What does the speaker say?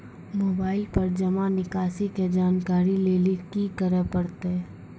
Mobile पर जमा निकासी के जानकरी लेली की करे परतै?